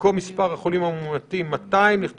במקום "מספר החולים המאומתים 200" נכתוב